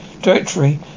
directory